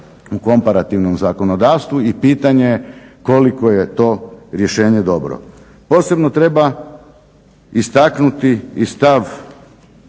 u komparativnom zakonodavstvu i pitanje koliko je to rješenje dobro. Posebno treba istaknuti i stav